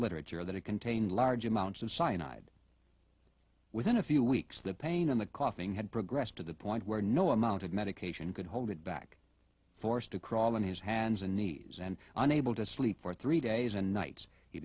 literature that it contained large amounts of cyanide within a few weeks the pain and the coughing had progressed to the point where no amount of medication could hold it back forced to crawl on his hands and knees and unable to sleep for three days and nights he